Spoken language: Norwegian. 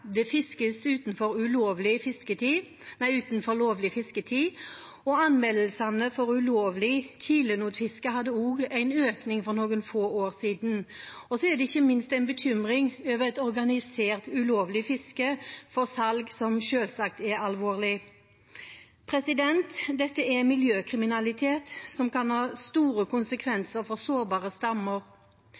utenfor lovlig fisketid. Anmeldelsene for ulovlig kilenotfiske hadde også en økning for noen få år siden. Det er ikke minst også en bekymring over et organisert ulovlig fiske for salg, som selvsagt er alvorlig. Dette er miljøkriminalitet som kan ha store konsekvenser for sårbare stammer.